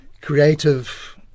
creative